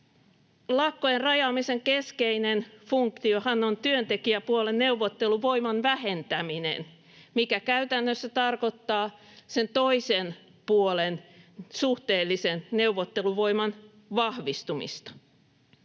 Lakkojen rajaamisen keskeinen funktiohan on työntekijäpuolen neuvotteluvoiman vähentäminen, mikä käytännössä tarkoittaa sen toisen puolen suhteellisen neuvotteluvoiman vahvistumista.